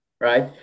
right